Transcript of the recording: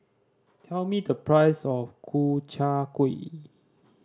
tell me the price of Ku Chai Kuih